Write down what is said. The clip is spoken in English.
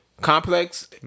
Complex